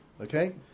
okay